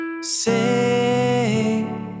Say